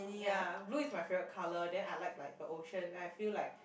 ya blue is my favourite colour then I like like the ocean then I feel like